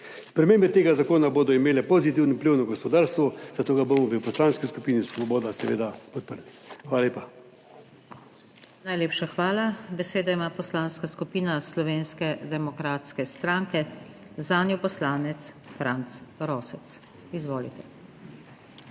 Spremembe tega zakona bodo imele pozitiven vpliv na gospodarstvo, zato ga bomo v Poslanski skupini Svoboda seveda podprli. Hvala lepa. **PODPREDSEDNICA NATAŠA SUKIČ:** Najlepša hvala. Besedo ima Poslanska skupina Slovenske demokratske stranke, zanjo poslanec Franc Rosec. Izvolite.